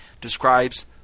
describes